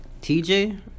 TJ